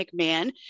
McMahon